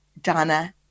Donna